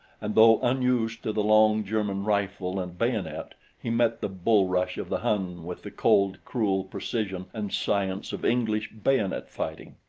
and though unused to the long german rifle and bayonet, he met the bull-rush of the hun with the cold, cruel precision and science of english bayonet-fighting.